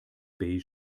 beige